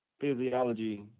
physiology